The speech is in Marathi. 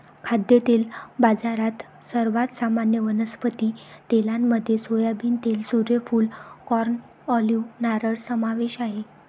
खाद्यतेल बाजारात, सर्वात सामान्य वनस्पती तेलांमध्ये सोयाबीन तेल, सूर्यफूल, कॉर्न, ऑलिव्ह, नारळ समावेश आहे